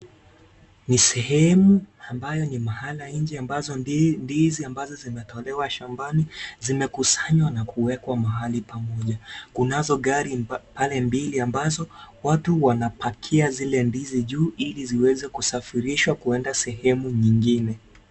Ni sehemu ambayo ni maala nje ambapo ndizi ambazo zimetolewa shambani zimekusanywa na kuwekwa mahali pamoja kunazo gari mbili pale ambazo watu wanapakia zile ndizi juu ili ziweze kusafirishwa kwenda sehemu nyingine.